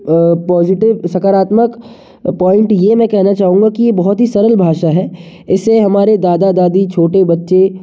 positive सकारात्मक point ये मैं कहना चाहूँगा कि बहुत ही सरल भाषा है इसे हमारे दादा दादी छोटे बच्चे